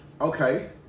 Okay